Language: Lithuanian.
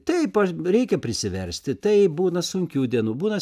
taip reikia prisiversti taip būna sunkių dienų būna